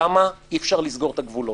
שם אי-אפשר לסגור את הגבולות.